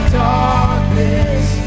darkness